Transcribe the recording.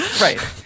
right